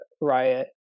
riot